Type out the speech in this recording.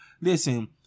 listen